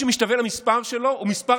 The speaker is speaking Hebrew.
הדבר היחיד שמשתווה למספר שלו הוא מספר